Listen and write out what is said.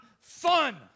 fun